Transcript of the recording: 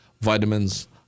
vitamins